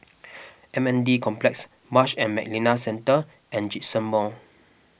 M N D Complex Marsh and McLennan Centre and Djitsun Mall